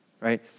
right